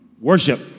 Worship